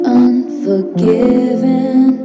unforgiven